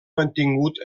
mantingut